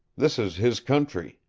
this is his country.